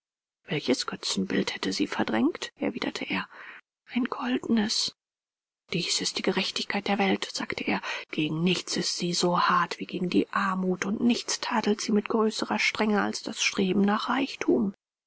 welches götzenbild hätte sie verdrängt erwiderte er ein goldenes dies ist die gerechtigkeit der welt sagte er gegen nichts ist sie so hart wie gegen die armut und nichts tadelt sie mit größerer strenge als das streben nach reichtum